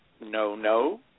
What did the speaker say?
no-no